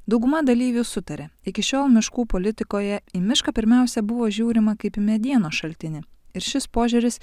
dauguma dalyvių sutarė iki šiol miškų politikoje į mišką pirmiausia buvo žiūrima kaip į medienos šaltinį ir šis požiūris